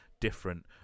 different